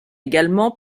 également